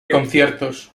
conciertos